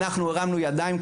אנחנו הרימו ידיים,